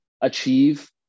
achieve